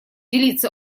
делиться